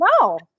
No